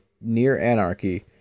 near-anarchy